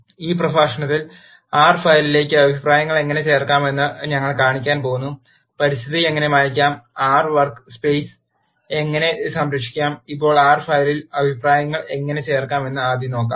ഈ പ്രഭാഷണത്തിൽ ആർ ഫയലിലേക്ക് അഭിപ്രായങ്ങൾ എങ്ങനെ ചേർക്കാമെന്ന് ഞങ്ങൾ കാണിക്കാൻ പോകുന്നു പരിസ്ഥിതി എങ്ങനെ മായ് ക്കാം R workspace എങ്ങനെ സംരക്ഷിക്കാം ഇപ്പോൾ ആർ ഫയലിൽ അഭിപ്രായങ്ങൾ എങ്ങനെ ചേർക്കാമെന്ന് ആദ്യം നോക്കാം